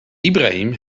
ibrahim